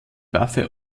waffe